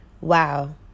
wow